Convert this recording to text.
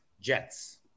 Jets